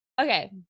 Okay